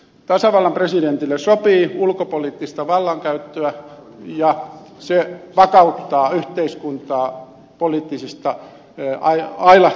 tasavallan presidentille sopii ulkopoliittista vallankäyttöä ja se vakauttaa yhteiskuntaa poliittisista ailahteluista